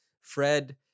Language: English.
Fred